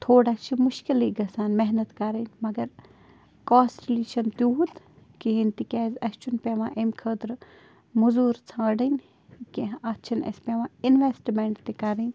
تھوڑا چھِ مُشکِلٕے گژھان محنت کَرٕنۍ مگر کاسٹلی چھِنہٕ تیوٗت کِہیٖنۍ تِکیٛازِ اَسہِ چھُنہٕ پٮ۪وان اَمۍ خٲطرٕ مٔزوٗر ژھانٛڈٕنۍ کیٚنہہ اَتھ چھِنہٕ اَسہِ پٮ۪وان اِنوٮ۪سٹٕمٮ۪نٛٹ تہِ کَرٕنۍ